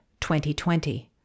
2020